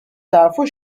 tafu